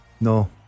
No